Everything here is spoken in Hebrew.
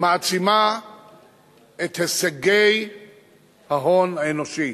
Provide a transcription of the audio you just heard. מעצימה את הישגי ההון האנושי,